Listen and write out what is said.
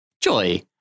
Joy